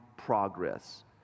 progress